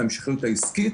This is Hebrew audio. את המשכיות העסקית,